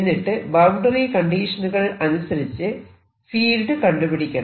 എന്നിട്ടു ബൌണ്ടറി കണ്ടീഷനുകൾ അനുസരിച്ച് ഫീൽഡ് കണ്ടുപിടിക്കണം